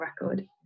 record